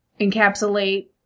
encapsulate